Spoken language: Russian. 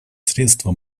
средства